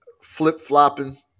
flip-flopping